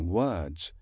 words